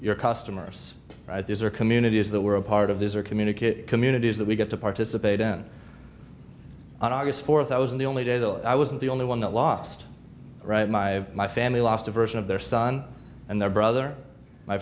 your customers these are communities that we're a part of these are communicating communities that we get to participate in on august fourth i was in the only day that i wasn't the only one that lost right my my family lost a version of their son and their brother my